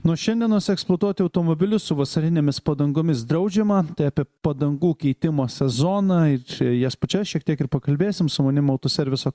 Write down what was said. nuo šiandienos eksploatuoti automobilius su vasarinėmis padangomis draudžiama tai apie padangų keitimo sezoną ir čia jas pačias šiek tiek ir pakalbėsim su manimi autoserviso